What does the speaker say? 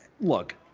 Look